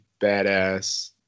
badass